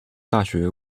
大学